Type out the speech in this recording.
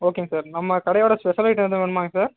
ஓகேங்க சார் நம்ம கடையோடய ஸ்பெஷல் ஐட்டம் எதும் வேணுமாங்க சார்